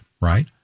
right